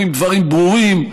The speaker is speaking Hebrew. כשאנחנו אומרים דברים ברורים,